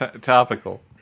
topical